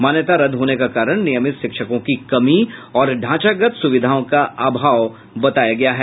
मान्यता रद्द होने का कारण नियमित शिक्षकों की कमी और ढांचागत सुविधाओं का अभाव है